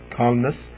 calmness